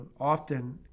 often